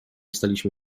staliśmy